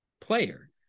player